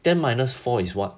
ten minus four is what